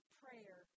prayer